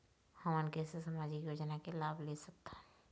हमन कैसे सामाजिक योजना के लाभ ले सकथन?